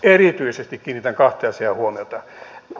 erityisesti kiinnitän kahteen asiaan huomiota